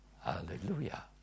Hallelujah